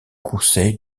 conseil